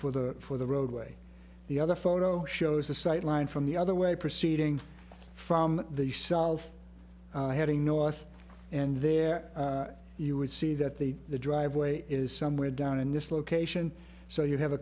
for the for the roadway the other photo shows a sight line from the other way proceeding from the south heading north and there you would see that the the driveway is somewhere down in this location so you have a